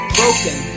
broken